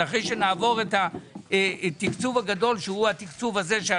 אחרי שנעבור את התקצוב הגדול שעליו דיברתי,